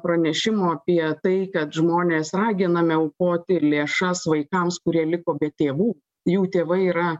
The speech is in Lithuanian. pranešimų apie tai kad žmonės raginami aukoti lėšas vaikams kurie liko be tėvų jų tėvai yra